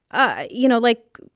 ah you know, like,